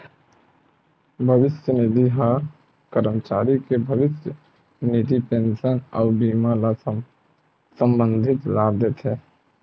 भविस्य निधि ह करमचारी के भविस्य निधि, पेंसन अउ बीमा ले संबंधित लाभ देथे